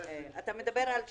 אתה מדבר על 60%?